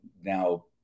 now